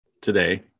today